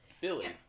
Billy